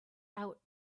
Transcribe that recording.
out